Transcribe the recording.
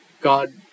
God